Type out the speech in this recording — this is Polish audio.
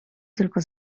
tylko